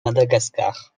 madagascar